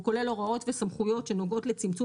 והוא כולל הוראות וסמכויות שנוגעות לצמצום